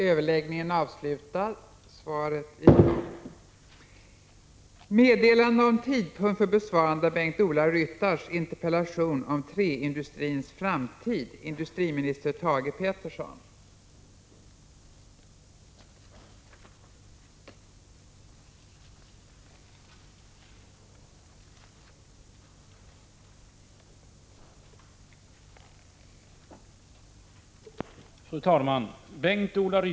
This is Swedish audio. Fru talman! Bengt-Ola Ryttar har ställt en interpellation till mig om träindustrins framtid. På grund av utlandsresa kan jag inte besvara interpellationen inom föreskriven tid. Den kommer att besvaras vid riksdagens sammanträde den 26 maj kl. 12.00.